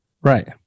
Right